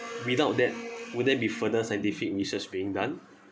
without that would there be further scientific research being done